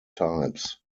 types